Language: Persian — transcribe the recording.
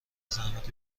زحمت